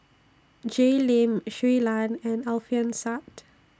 Jay Lim Shui Lan and Alfian Sa'at